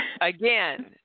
again